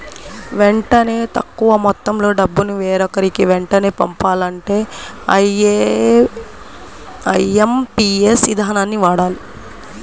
వెంటనే తక్కువ మొత్తంలో డబ్బును వేరొకరికి వెంటనే పంపాలంటే ఐఎమ్పీఎస్ ఇదానాన్ని వాడాలి